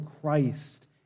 Christ